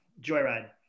Joyride